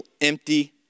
empty